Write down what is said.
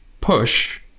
push